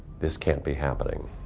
this can't be happening.